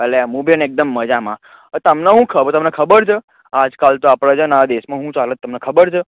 અલ્યા હું બેન એકદમ મજામાં હવે તમને શું કહું તમને ખબર છે આજકાલ તો આ આપણા છે ને આ દેશમાં શું ચાલે છે તમને ખબર છે